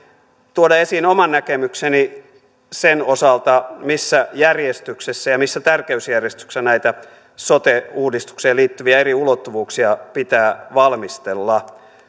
tuoda esiin oman näkemykseni sen osalta missä järjestyksessä ja missä tärkeysjärjestyksessä näitä sote uudistukseen liittyviä eri ulottuvuuksia pitää valmistella